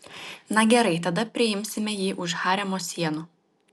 na gerai tada priimsime jį už haremo sienų